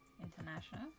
international